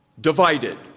divided